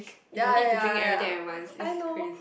ya ya ya ya I know